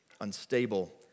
unstable